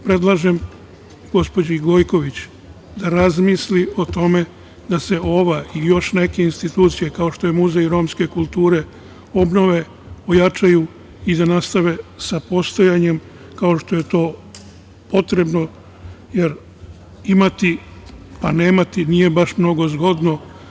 Predlažem gospođi Gojković da razmisli o tome da se ova i još neke institucije, kao što je Muzej romske kulture, obnove, ojačaju i da nastave sa postojanjem, kao što je to potrebno, jer imati pa nemati nije baš mnogo zgodno.